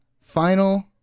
final